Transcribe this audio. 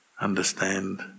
understand